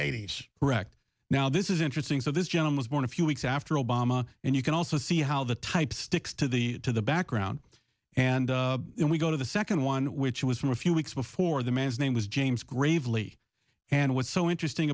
eighty's correct now this is interesting so this gentleman was born a few weeks after obama and you can also see how the type sticks to the to the background and then we go to the second one which was from a few weeks before the man's name was james gravely and what's so interesting